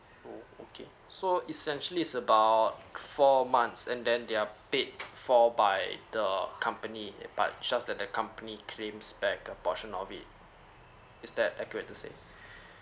oh okay so essentially is about four months and then they are paid for by the company but is just that the company claims back a portion of it is that accurate to say